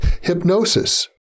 hypnosis